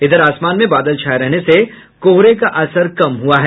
इधर आसमान में बादल छाये रहने से कोहरे का असर कम हुआ है